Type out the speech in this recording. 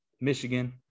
Michigan